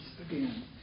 again